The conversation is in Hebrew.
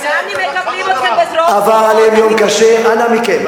אנא מכם,